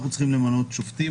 אנחנו צריכים למנות שופטים.